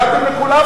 התנגדתם לכולם,